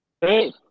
Hey